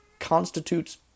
Constitutes